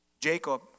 Jacob